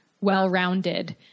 well-rounded